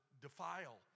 defile